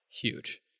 huge